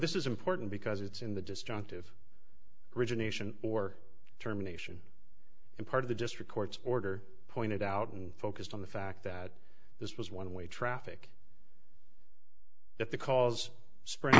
this is important because it's in the destructive origination or determination and part of the district court's order pointed out and focused on the fact that this was one way traffic that the cause sprin